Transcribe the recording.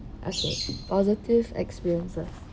okay positive experiences